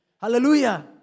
Hallelujah